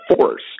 force